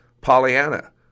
Pollyanna